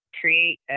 create